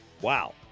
Wow